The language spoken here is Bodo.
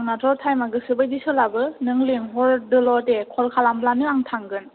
आंनाथ' टाइमा गोसो बादि सोलाबो नों लिंहरदोल' दे कल खालामब्लानो आं थांगोन